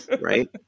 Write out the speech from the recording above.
Right